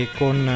con